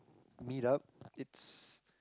meet up it's